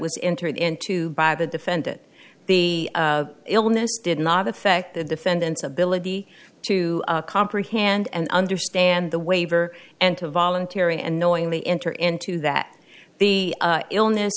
was entered into by the defendant the illness did not affect the defendant's ability to comprehend and understand the waiver and to voluntary and knowingly enter into that the illness